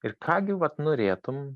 ir ką gi vat norėtum